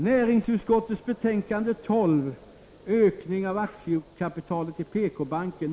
Herr talman!